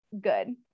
good